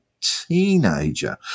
teenager